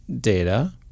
data